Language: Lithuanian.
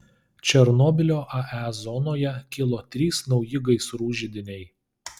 černobylio ae zonoje kilo trys nauji gaisrų židiniai